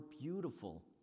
beautiful